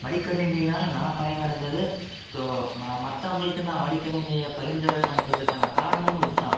மடிக்கணினினால் நான் பயனடைஞ்சது ஸோ மற்றவங்களுக்கு நான் மடிக்கணினியை பரிந்துரை பண்ணுறதுக்கான காரணமும் இது தான்